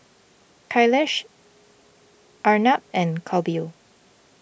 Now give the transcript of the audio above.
Kailash Arnab and Kapil